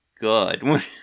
good